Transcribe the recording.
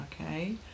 okay